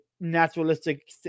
naturalistic